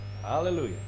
Hallelujah